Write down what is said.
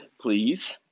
please